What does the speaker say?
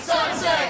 Sunset